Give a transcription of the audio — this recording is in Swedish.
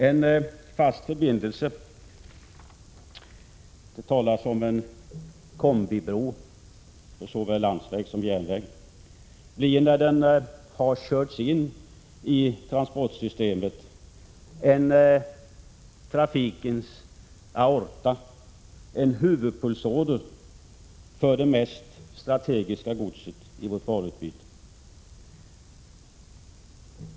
En fast förbindelse — det talas om kombibro för såväl landsväg som järnväg —- blir när den har körts in i transportsystemet en trafikens aorta, en huvudpulsåder för det mest strategiska godset i vårt varuutbud.